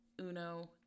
uno